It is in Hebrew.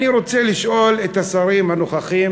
אני רוצה לשאול את השרים הנוכחים